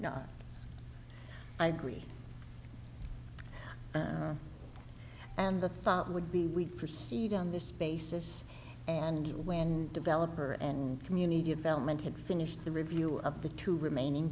not i agree and the thought would be we'd proceed on this basis and when developer and community development had finished the review of the two remaining